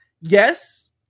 Yes